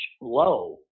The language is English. low